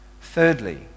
Thirdly